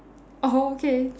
oh okay